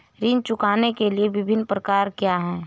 ऋण चुकाने के विभिन्न प्रकार क्या हैं?